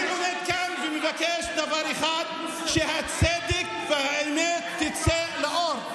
אני עומד כאן ומבקש דבר אחד: שהצדק והאמת יצאו לאור.